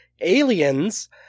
Aliens